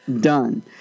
Done